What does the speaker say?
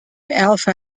alpha